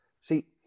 See